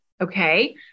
okay